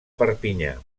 perpinyà